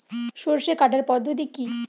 সরষে কাটার পদ্ধতি কি?